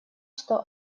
что